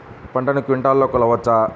పంటను క్వింటాల్లలో కొలవచ్చా?